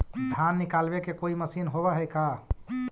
धान निकालबे के कोई मशीन होब है का?